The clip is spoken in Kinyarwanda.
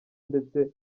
ndetse